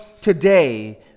today